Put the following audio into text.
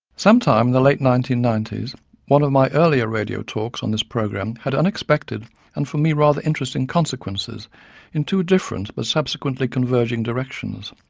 some time in the late nineteen ninety s one of my earlier radio talks on this program had unexpected and for me rather interesting consequences in two different but subsequently converging directions.